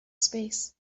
space